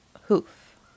hoof